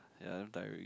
ya damn tiring